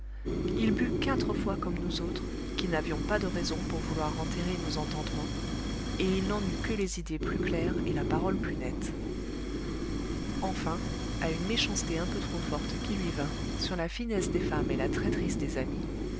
il but quatre fois comme nous autres qui n'avions pas de raisons pour vouloir enterrer nos entendements et il n'en eut que les idées plus claires et la parole plus nette enfin à une méchanceté un peu trop forte qui lui vint sur la finesse des femmes et la traîtrise des amis